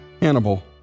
Hannibal